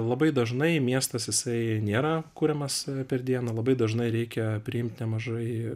labai dažnai miestas jisai nėra kuriamas per dieną labai dažnai reikia priimt nemažai